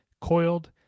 Coiled